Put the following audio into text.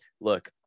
Look